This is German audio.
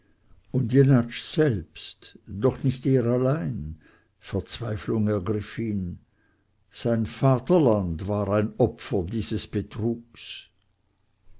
und jenatsch selbst doch nicht allein er verzweiflung ergriff ihn sein vaterland war ein opfer dieses betruges